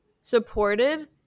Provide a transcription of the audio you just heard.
supported